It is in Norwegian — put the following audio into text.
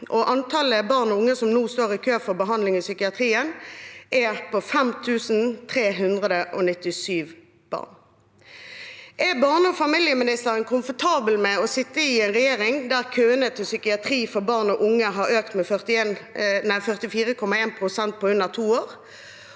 Antallet barn og unge som nå står i kø for behandling i psykiatrien, er 5 397. Er barne- og familieministeren komfortabel med å sitte i regjering når køene til psykiatri for barn og unge har økt med 44,1 pst. på under to år,